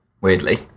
Weirdly